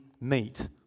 Meet